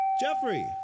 Jeffrey